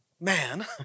man